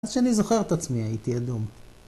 ‫אז שאני זוכרת עצמי הייתי אדום.